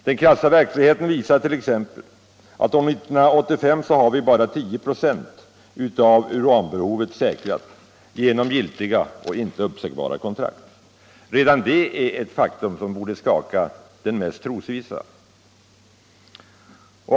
Den krassa verkligheten visar t.ex. att vi år 1985 bara har 10 96 av uranbehovet säkrat genom giltiga och inte uppsägbara kontrakt. Redan det är ett faktum som borde skaka den mest trosvissa.